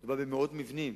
מדובר במאות מבנים.